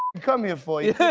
come here for? yeah